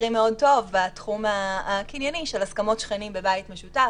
מכירים מאוד טוב בתחום הקנייני של הסכמות שכנים בבית משותף,